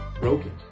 broken